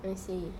I see